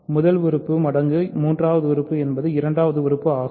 முதல் உறுப்பு மடங்கு மூன்றாவது உறுப்பு என்பது இரண்டாவது உறுப்பு ஆகும்